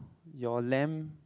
your lamb